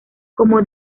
como